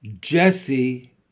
Jesse